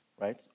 Right